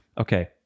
Okay